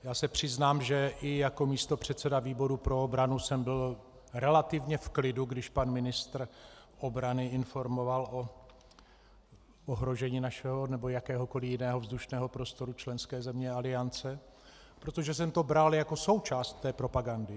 Já se přiznám, že i jako místopředseda výboru pro obranu jsem byl relativně v klidu, když pan ministr obrany informoval o ohrožení našeho nebo jakéhokoli jiného vzdušného prostoru členské země Aliance, protože jsem to bral jako součást té propagandy.